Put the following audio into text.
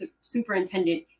superintendent